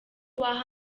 waha